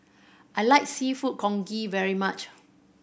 I like Seafood Congee very much